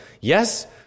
Yes